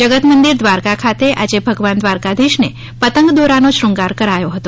જગત મંદિર દ્વારકા ખાતે આજે ભગવાન દ્વારકાધીશને પતંગ દોરાનો શ્રૃંગાર કરાયો હતો